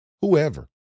whoever